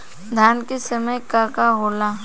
धान के समय का का होला?